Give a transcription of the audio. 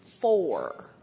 four